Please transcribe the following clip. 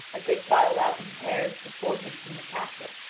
as they file out in pairs before him from the castle.